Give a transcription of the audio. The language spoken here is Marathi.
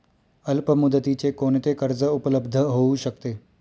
अल्पमुदतीचे कोणते कर्ज उपलब्ध होऊ शकते?